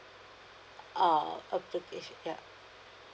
oh yup